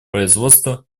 производства